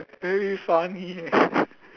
very funny eh